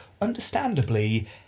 understandably